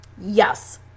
Yes